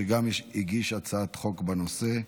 שגם הגיש הצעת חוק בנושא.